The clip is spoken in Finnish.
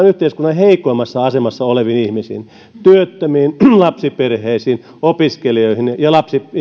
yhteiskunnan heikoimmassa asemassa oleviin ihmisiin työttömiin lapsiperheisiin opiskelijoihin ja